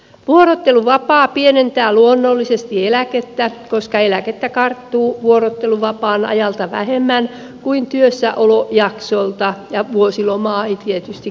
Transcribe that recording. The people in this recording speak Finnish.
vuorotteluvapaa pienentää luonnollisesti eläkettä koska eläkettä karttuu vuorotteluvapaan ajalta vähemmän kuin työssäolojaksolta ja vuosilomaa ei tietystikään kerry